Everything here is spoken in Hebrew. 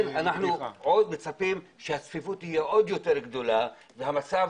אנחנו צופים שהצפיפות תהיה עוד יותר גדולה והמצב